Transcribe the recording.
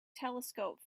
telescope